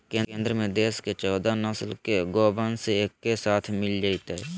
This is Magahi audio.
केंद्र में देश के चौदह नस्ल के गोवंश एके साथ मिल जयतय